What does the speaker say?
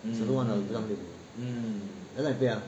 it's also one of the 五脏六腑 that's why I 背 ah